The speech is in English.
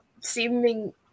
seeming